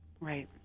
Right